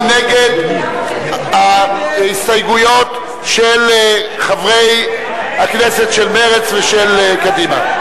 מי נגד ההסתייגות של חברי הכנסת של מרצ ושל קדימה?